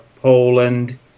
Poland